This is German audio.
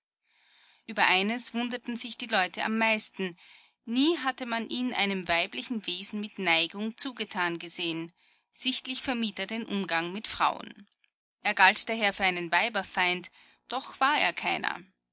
über eines wunderten sich die leute am meisten nie hatte man ihn einem weiblichen wesen mit neigung zugetan gesehen sichtlich vermied er den umgang mit frauen er galt daher für einen weiberfeind doch war er keiner